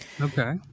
okay